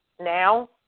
now